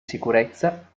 sicurezza